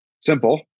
simple